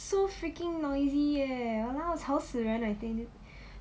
so freaking noisy leh !walao! 吵死人